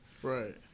Right